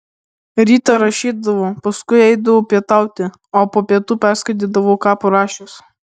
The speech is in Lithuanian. rytą rašydavau paskui eidavau pietauti o po pietų perskaitydavau ką parašęs